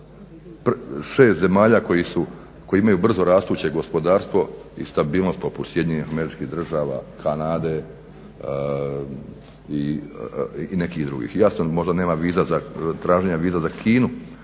6 zemalja koje imaju brzo rastuće gospodarstvo i stabilnost poput SAD-a, Kanade i nekih drugih? Jasno možda nema viza, traženja viza za Kinu,